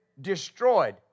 destroyed